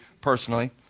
personally